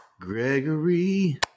Gregory